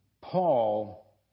Paul